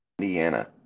Indiana